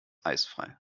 eisfrei